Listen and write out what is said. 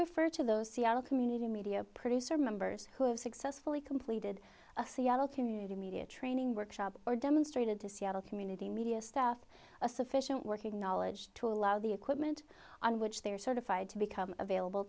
refer to those seattle community media producer members who have successfully completed a seattle community media training workshop or demonstrated to seattle community media staff a sufficient working knowledge to allow the equipment on which they are certified to become available